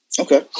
Okay